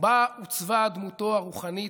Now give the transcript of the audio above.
בה עוצבה דמותו הרוחנית,